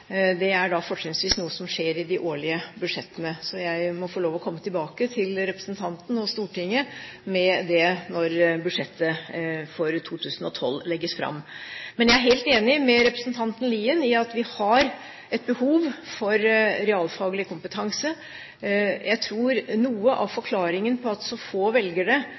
Det er fortrinnsvis noe som skjer i de årlige budsjettene, så jeg må få lov å komme tilbake til representanten og Stortinget med det når budsjettet for 2012 legges fram. Men jeg er helt enig med representanten Lien i at vi har et behov for realfaglig kompetanse. Jeg tror noe av forklaringen på at så få